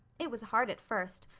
it was hard at first.